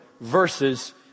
verses